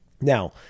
Now